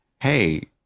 Hey